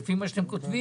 לפי מה שאתם כותבים,